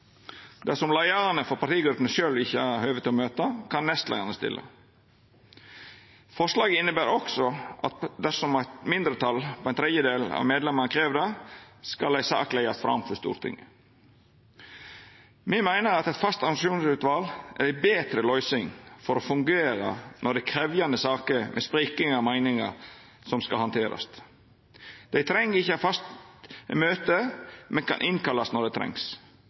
innvendingar. Dersom leiarane for partigruppene sjølve ikkje har høve til å møta, kan nestleiarane stilla. Forslaget inneber også at dersom eit mindretal på ein tredjedel av medlemane krev det, skal ei sak leggjast fram for Stortinget. Me meiner at eit fast administrasjonsutval er ei betre løysing for å fungera når det er krevjande saker der det er sprikande meiningar som skal handterast. Det treng ikkje ha faste møte, men kan innkallast når det trengst.